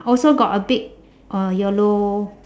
also got a bit uh yellow